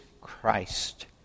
Christ